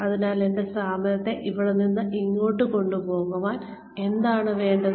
അതിനാൽ എന്റെ സ്ഥാപനത്തെ ഇവിടെ നിന്ന് ഇങ്ങോട്ട് കൊണ്ടുപോകാൻ എന്താണ് വേണ്ടത്